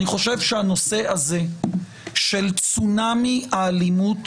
אני חושב שהנושא הזה של צונאמי האלימות